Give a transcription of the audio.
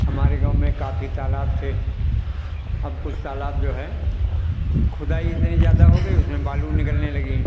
हमारे गाँव में काफ़ी तालाब थे अब कुछ तालाब जो है खुदाई इतनी ज़्यादा हो गई उसमें बालू निकलने लगी